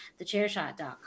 TheChairShot.com